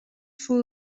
full